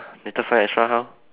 later sign extra how